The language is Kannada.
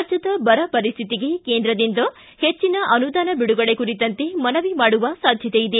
ರಾಜ್ಯದ ಬರ ಪರಿಸ್ಟಿತಿ ಕೇಂದ್ರದಿಂದ ಹೆಚ್ಚಿನ ಅನುದಾನ ಬಿಡುಗಡೆ ಕುರಿತಂತೆ ಮನವಿ ಮಾಡುವ ಸಾಧ್ಯತೆ ಇದೆ